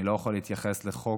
אני לא יכול להתייחס לחוק.